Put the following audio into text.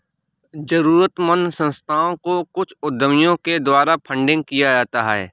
जरूरतमन्द संस्थाओं को कुछ उद्यमियों के द्वारा फंडिंग किया जाता है